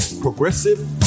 progressive